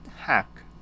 Hack